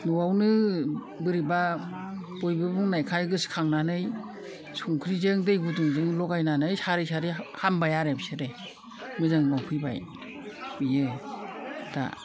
न'आवनो बोरैबा बयबो बुंनायखाय गोसोखांनानै संख्रिजों दै गुदुंजों लगायनानै सारै सारै हामबाय आरो बिसोरो मोजांआव फैबाय बियो दा